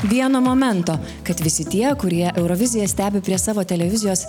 vieno momento kad visi tie kurie euroviziją stebi prie savo televizijos